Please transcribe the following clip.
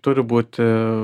turi būti